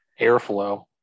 Airflow